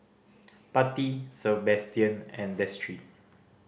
Patti Sabastian and Destry